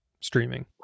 streaming